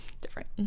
Different